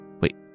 Wait